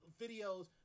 videos